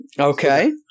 Okay